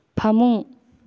ꯐꯃꯨꯡ